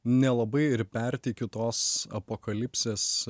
nelabai ir perteikiu tos apokalipsės